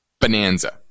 bonanza